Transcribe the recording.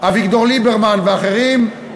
אביגדור ליברמן ואחרים,